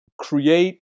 create